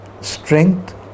strength